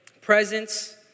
presence